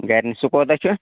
گَرِ نِش سُہ کوتاہ چھُ